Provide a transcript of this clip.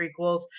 prequels